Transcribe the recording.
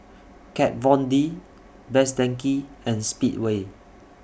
Kat Von D Best Denki and Speedway